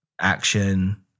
action